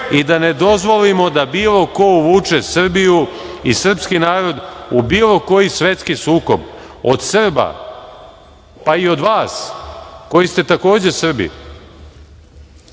i da ne dozvolimo da bilo ko uvuče Srbiju i srpski narod u bilo koji svetski sukob. Od Srba, pa i od vas koji ste takođe Srbi,